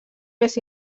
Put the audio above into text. més